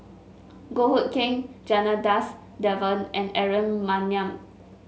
Goh Hood Keng Janadas Devan and Aaron Maniam